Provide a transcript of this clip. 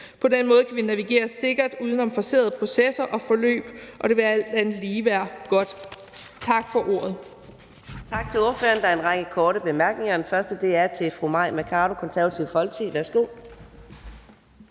På den måde kan vi navigere sikkert uden om forcerede processer og forløb, og det vil alt andet lige være godt. Tak for ordet.